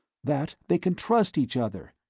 that they can trust each other.